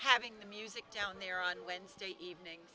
having the music down there on wednesday evening